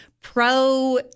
pro